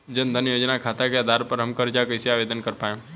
जन धन योजना खाता के आधार पर हम कर्जा कईसे आवेदन कर पाएम?